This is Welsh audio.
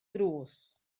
drws